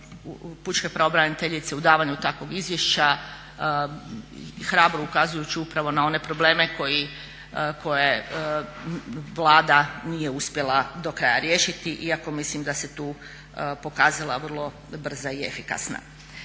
pučke pravobraniteljice u davanju takvog izvješća hrabro ukazujući upravo na one probleme koje Vlada nije uspjela do kraja riješiti, iako mislim da se tu pokazala vrlo brza i efikasna.